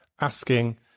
asking